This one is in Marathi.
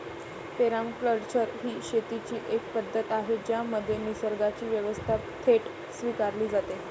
पेरमाकल्चर ही शेतीची एक पद्धत आहे ज्यामध्ये निसर्गाची व्यवस्था थेट स्वीकारली जाते